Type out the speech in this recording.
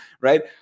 right